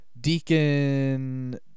Deacon